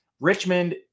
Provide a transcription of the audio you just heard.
Richmond